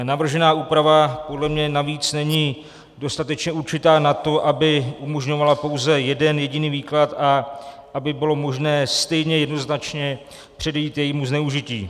Navržená úprava podle mě navíc není dostatečně určitá na to, aby umožňovala pouze jeden jediný výklad a aby bylo možné stejně jednoznačně předejít jejímu zneužití.